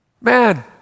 Man